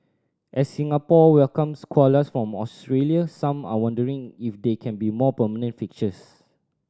as Singapore welcomes koalas from Australia some are wondering if they can be a more permanent fixtures